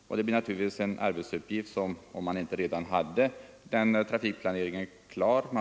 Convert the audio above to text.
Om man inte hade trafikplaneringen klar fick man naturligtvis dra i gång den för att få ansökningarna färdiga.